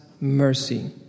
mercy